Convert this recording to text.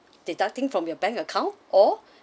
deducting from your bank account or